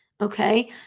Okay